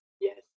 Yes